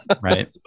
Right